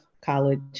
college